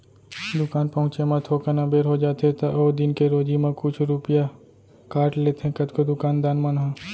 दुकान पहुँचे म थोकन अबेर हो जाथे त ओ दिन के रोजी म कुछ रूपिया काट लेथें कतको दुकान दान मन ह